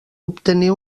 obtenir